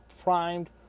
primed